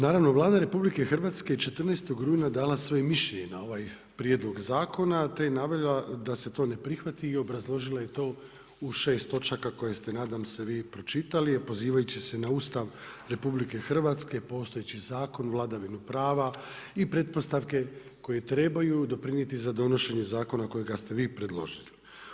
Naravno Vlada RH je 14. rujna dala svoje mišljenje na ovaj prijedlog zakona te je navela da se to ne prihvati i obrazložila je to u 6 točaka koje se nadam se vi pročitali a pozivajući se na Ustav RH, postojeći zakon, vladavinu prava i pretpostavke koje trebaju doprinijeti za donošenje zakona kojega ste vi predložili.